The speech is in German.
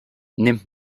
nimmt